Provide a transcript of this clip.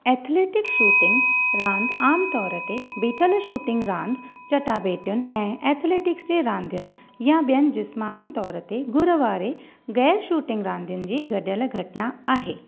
athletic shooting रांधि आमतौर ते बीठल शूटिंग रांधि चटाभेटियुनि ऐं एथलेटिक्स जे रांधियुनि या ॿियनि जिस्मानी तौर ते घुर वारे गैर शूटिंग रांधियुनि जी गॾियल घटना आहे